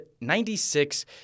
96